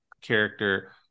character